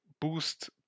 boost